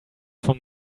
from